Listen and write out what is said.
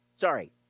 Sorry